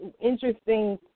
interesting